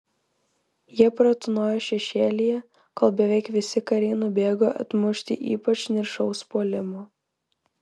jie pratūnojo šešėlyje kol beveik visi kariai nubėgo atmušti ypač niršaus puolimo